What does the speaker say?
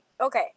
okay